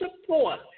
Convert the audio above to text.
support